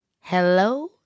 Hello